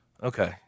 Okay